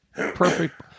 perfect